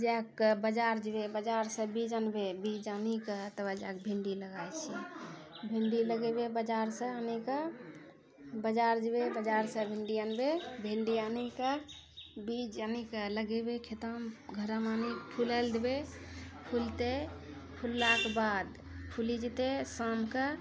जाकए बाजार जेबै बाजारसँ बीज अनबै बीज आनिकऽ तकरबाद भिन्डी लगाइ छिए भिन्डी लगेबै बाजारसँ आनिकऽ बाजार जेबै बाजारसँ भिन्डी अनबै भिन्डी आनिकऽ बीज आनिकऽ लगेबै खेतमे घरमे आनिकऽ फुलैलए देबै फुलतै फुललाके बाद फुलि जेतै शामके